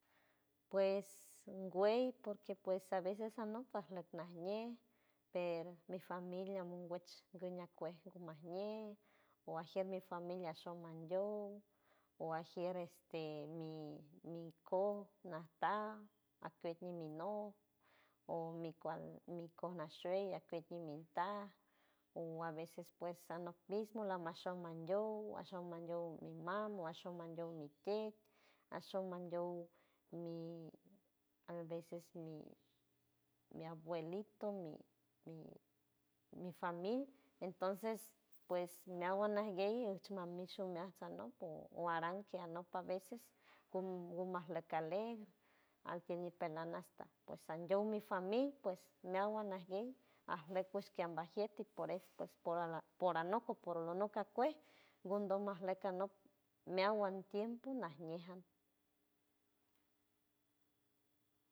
Pues ngüey porque pues a veces anok pajleck najñe per mi familia mongüech guñakuej gumajñe o ajier mi familia show mandiow o ajier este mi- mi koj, najta ajkuet a mi not o mi kual mi konaj shuey ajkuet amintaj o a veces pues anok mismo lamashom mandiow, ashom mandiow mi mama o ashom mandiow mi tet, ashom mandiow mi a veces mi- mi abuelito mi- mi famil entonces pues meawan ajguey ijch mamijch omeaj sanop o aran ke anok a veces gumajleck alek altiel ñipelan hasta pues sandiow mi famil pues meawan ajguey ajleck pues kiambajiet y por es pues por anok o por olonok akuej gundom majleck anok meawan tiempo najñe jan.